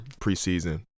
preseason